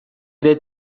ere